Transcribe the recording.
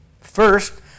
First